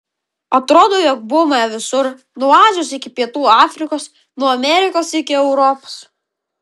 atrodo jog buvome visur nuo azijos iki pietų afrikos nuo amerikos iki europos